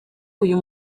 uyu